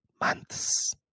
Months